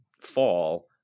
fall